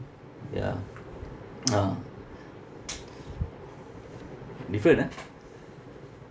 ya ah different ah